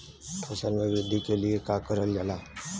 फसल मे वृद्धि के लिए का करल जाला?